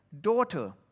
daughter